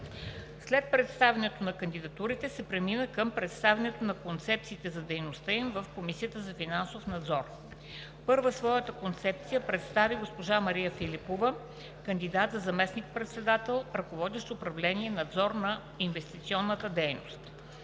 След представянето на кандидатурите се премина към представянето на концепциите за дейността им в Комисията за финансов надзор. Първа своята концепция представи госпожа Мария Филипова – кандидат за заместник-председател, ръководещ управление „Надзор на инвестиционната дейност“.